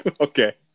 okay